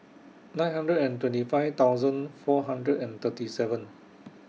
nine hundred and twenty five thousand four hundred and thirty seven